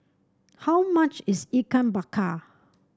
how much is Ikan Bakar